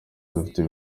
dufite